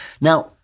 Now